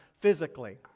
physically